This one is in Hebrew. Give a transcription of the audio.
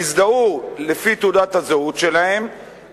יזדהו לפי תעודת הזהות שלהם,